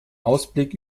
ausblick